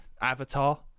Avatar